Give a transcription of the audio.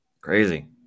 Crazy